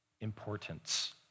importance